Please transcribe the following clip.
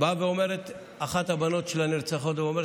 באה אחת הבנות של הנרצחות ואומרת: